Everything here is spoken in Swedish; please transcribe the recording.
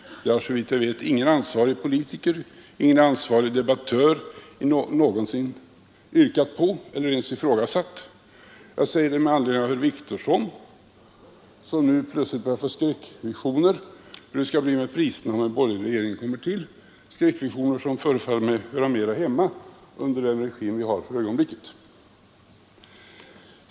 Det har såvitt jag vet ingen ansvarig politiker, ingen ansvarig debattör någonsin yrkat på eller ens ifrågasatt. Jag säger det med anledning av att herr Wictorsson nu börjar få skräckvisioner av hur det skall bli med priserna om en borgerlig regering träder till — skräckvisioner som förefaller mig mer höra hemma under den regim som vi har för ögonblicket.